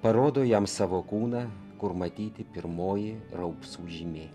parodo jam savo kūną kur matyti pirmoji raupsų žymė